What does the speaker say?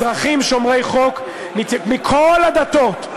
אזרחים שומרי חוק מכל הדתות,